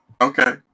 Okay